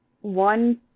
one